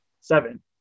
seven